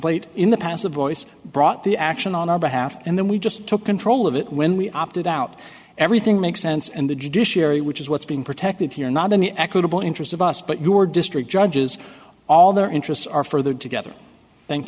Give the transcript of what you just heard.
complaint in the passive voice brought the action on our behalf and then we just took control of it when we opted out everything makes sense and the judiciary which is what's being protected here not in the equitable interest of us but your district judges all their interests are furthered together thank